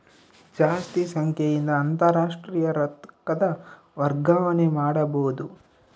ಜಾಸ್ತಿ ಸಂಖ್ಯೆಯಿಂದ ಅಂತಾರಾಷ್ಟ್ರೀಯ ರೊಕ್ಕದ ವರ್ಗಾವಣೆ ಮಾಡಬೊದು